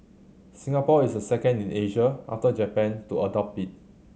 Singapore is the second in Asia after Japan to adopt it